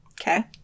Okay